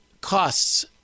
costs